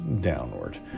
downward